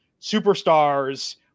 superstars